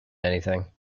anything